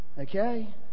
Okay